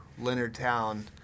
Leonardtown